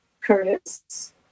Curtis